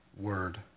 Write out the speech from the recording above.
word